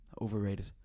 Overrated